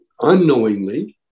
unknowingly